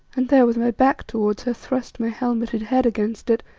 and there, with my back towards her, thrust my helmeted head against it,